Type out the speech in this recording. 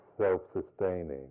self-sustaining